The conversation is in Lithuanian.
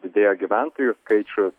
didėjo gyventojų skaičius